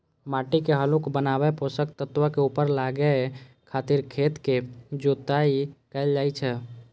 माटि के हल्लुक बनाबै, पोषक तत्व के ऊपर लाबै खातिर खेतक जोताइ कैल जाइ छै